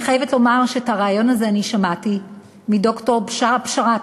אני חייבת לומר שאת הרעיון הזה אני שמעתי מד"ר בשארה בשאראת,